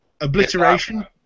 Obliteration